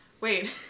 wait